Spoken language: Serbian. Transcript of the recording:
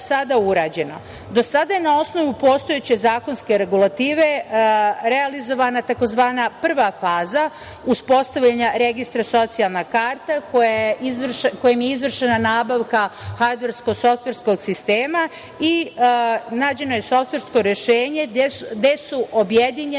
Do sada je na osnovu postojeće zakonske regulative realizovana tzv. prva faza uspostavljanja registra socijalna karta kojim je izvršena nabavka hardversko-softverskog sistema i nađeno je softversko rešenje gde su objedinjene